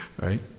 Right